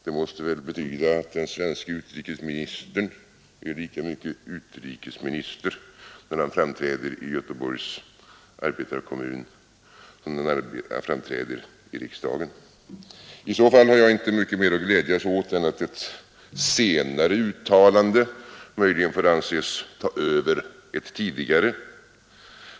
Det måste väl betyda att den svenske utrikesministern är lika mycket utrikesminister när han framträder i Göteborgs Arbetarekommun som när han framträder i riksdagen. I så fall har jag inte mycket mer att glädjas åt än att ett senare uttalande möjligen får anses ta över ett tidigare.